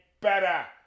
better